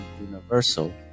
universal